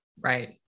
Right